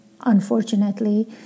unfortunately